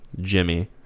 Jimmy